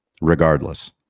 Regardless